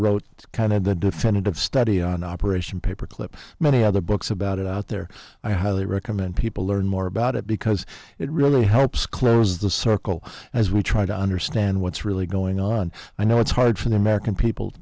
wrote kind of the defendant of study on operation paperclip many other books about it out there i highly recommend people learn more about it because it really helps close the circle as we try to understand what's really going on i know it's hard for the american people